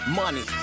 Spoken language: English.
money